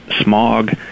smog